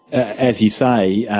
as you say,